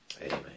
Amen